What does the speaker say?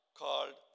called